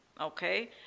okay